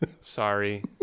Sorry